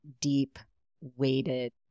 deep-weighted